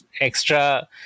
extra